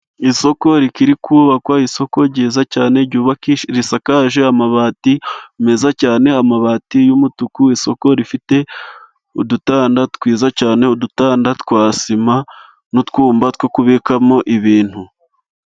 Isoko rikiri kubakwa, isoko ryiza cyane risakaje amabati meza cyane, amabati y'umutuku, isoko rifite udutanda twiza cyane, udutanda twa sima n'utwumba two kubikamo ibintu.